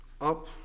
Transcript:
up